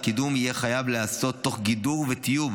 הקידום יהיה חייב להיעשות תוך גידור וטיוב,